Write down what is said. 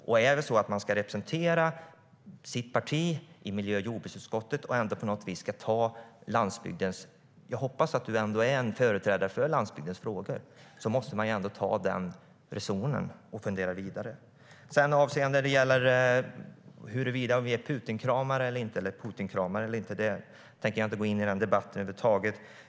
Och är det så att man ska representera sitt parti i miljö och jordbruksutskottet och på något vis ska ta landsbygdens parti - jag hoppas att du ändå är en företrädare för landsbygdens frågor - måste man ta reson och fundera vidare. När det gäller frågan om huruvida vi är Putinkramare eller inte tänker jag inte gå in i den debatten över huvud taget.